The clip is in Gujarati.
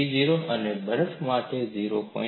30 બરફ માટે 0